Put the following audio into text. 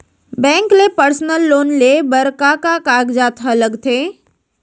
Bank ले personal loan लेये बर का का कागजात ह लगथे?